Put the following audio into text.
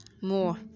More